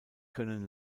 können